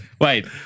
Wait